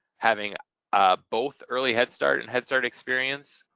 having both early head start and head start experience,